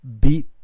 beat